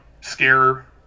scare